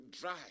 dry